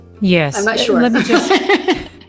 Yes